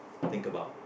think about